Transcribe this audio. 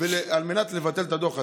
על מנת לבטל את הדוח הזה.